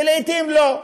ולעתים לא.